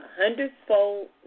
hundredfold